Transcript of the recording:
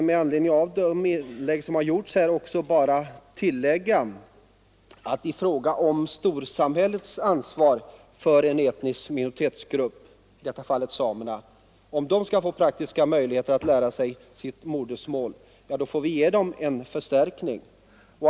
Med anledning av de anföranden som hållits här vill jag tillägga att när det gäller storsamhällets ansvar för en etnisk minoritetsgrupp som samerna måste vi, om de skall få praktiska möjligheter att lära sig sitt modersmål, ge dem en förstärkning.